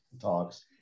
talks